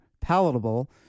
palatable